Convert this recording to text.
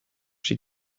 she